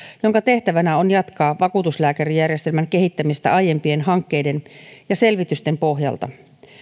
jonka tehtävänä on jatkaa vakuutuslääkärijärjestelmän kehittämistä aiempien hankkeiden ja selvitysten pohjalta